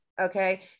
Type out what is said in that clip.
okay